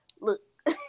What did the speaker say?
Look